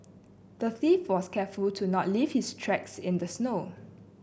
the thief was careful to not leave his tracks in the snow